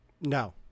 No